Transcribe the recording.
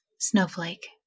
Snowflake